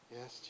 Yes